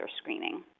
screening